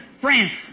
France